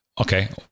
Okay